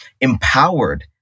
empowered